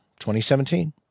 2017